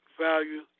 value